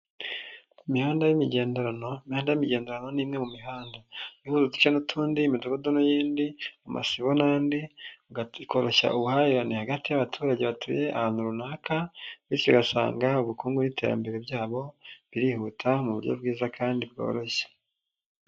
Imihanda y'imigenderano. Imihanda yimegenderano ni imwe mu mihanda ihuza uduce n'utundi, imidugudu n'iyindi, masibo n'andi ikoroshya ubuhahirane hagati y'abaturage batuye ahantu runaka bityo ugasanga ubukungu'iterambere ryabo birihuta mu buryo bwiza kandi bworoshye.